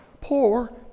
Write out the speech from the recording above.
Poor